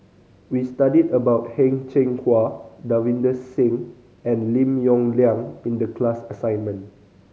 we studied about Heng Cheng Hwa Davinder Singh and Lim Yong Liang in the class assignment